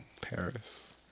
Paris